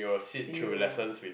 !eww!